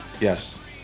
Yes